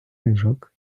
книжок